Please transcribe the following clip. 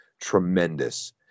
Tremendous